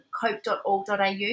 cope.org.au